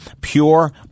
pure